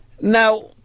Now